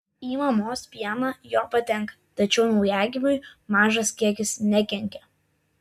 į mamos pieną jo patenka tačiau naujagimiui mažas kiekis nekenkia